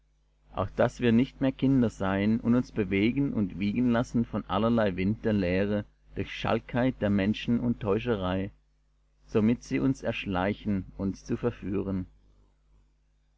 auf daß wir nicht mehr kinder seien und uns bewegen und wiegen lassen von allerlei wind der lehre durch schalkheit der menschen und täuscherei womit sie uns erschleichen uns zu verführen